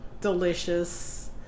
delicious